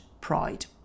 pride